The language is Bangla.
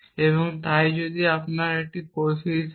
এবং তাই যদি আপনার একটি পরিস্থিতি থাকে